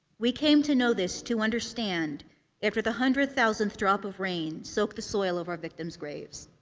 we came to know this, to understand after the hundred thousandth drop of rain soaked the soil of our victims' graves.